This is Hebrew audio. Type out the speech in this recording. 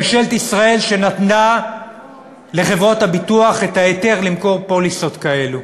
ממשלת ישראל שנתנה לחברות הביטוח את ההיתר למכור פוליסות כאלו,